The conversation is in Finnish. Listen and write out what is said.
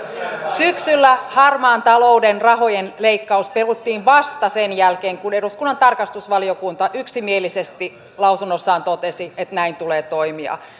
syksyllä harmaan talouden rahojen leikkaus peruttiin vasta sen jälkeen kun eduskunnan tarkastusvaliokunta yksimielisesti lausunnossaan totesi että näin tulee toimia